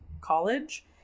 college